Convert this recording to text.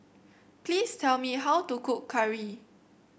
please tell me how to cook curry